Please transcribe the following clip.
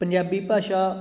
ਪੰਜਾਬੀ ਭਾਸ਼ਾ